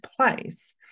place